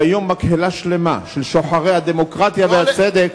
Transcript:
והיום מקהלה שלמה של שוחרי הדמוקרטיה והצדק,